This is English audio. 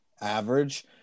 average